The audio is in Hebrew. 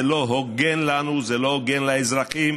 זה לא הוגן לנו, זה לא הוגן לאזרחים.